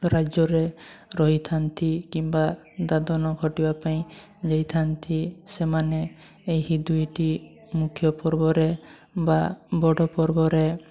ରାଜ୍ୟରେ ରହିଥାନ୍ତି କିମ୍ବା ଦାଦନ ଖଟିବାପାଇଁ ଯାଇଥାନ୍ତି ସେମାନେ ଏହି ଦୁଇଟି ମୁଖ୍ୟ ପର୍ବରେ ବା ବଡ଼ ପର୍ବରେ